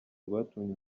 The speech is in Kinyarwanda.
rwatumye